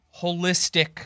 holistic